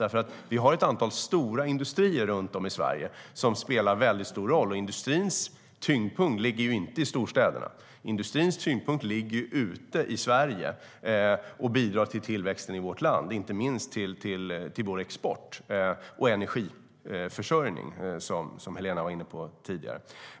Runt om i Sverige har vi nämligen ett antal stora industrier som spelar väldigt stor roll. Och industrins tyngdpunkt ligger inte i storstäderna. Industrins tyngdpunkt ligger ute i Sverige och bidrar till tillväxten i vårt land, inte minst till vår export och energiförsörjning, som Helena var inne på tidigare.